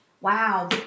Wow